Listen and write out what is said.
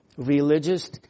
religious